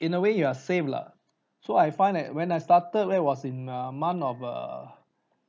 in a way ya same lah so I find that when I started when it was in a month of err